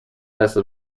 jestem